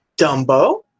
Dumbo